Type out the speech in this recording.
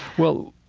well,